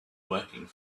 working